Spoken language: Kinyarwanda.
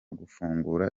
gufungura